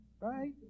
Right